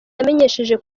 yamenyesheje